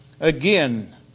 again